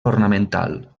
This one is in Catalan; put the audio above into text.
ornamental